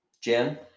Jen